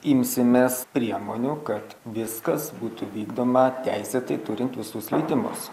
imsimės priemonių kad viskas būtų vykdoma teisėtai turint visus leidimus